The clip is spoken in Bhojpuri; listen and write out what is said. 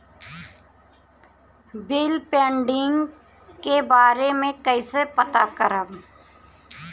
बिल पेंडींग के बारे में कईसे पता करब?